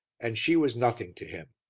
and she was nothing to him.